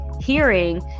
hearing